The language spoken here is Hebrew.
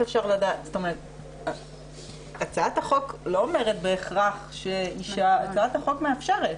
הצעת החוק מאפשרת.